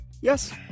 Yes